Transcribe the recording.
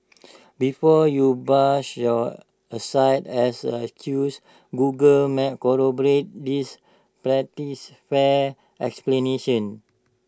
before you brush your aside as an excuse Google maps corroborates this pretties fair explanation